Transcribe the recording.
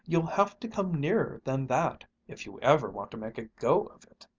you'll have to come nearer than that, if you ever want to make a go of it!